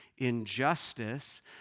injustice